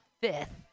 fifth